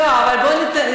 התשע"ז 2017,